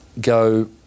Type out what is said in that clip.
go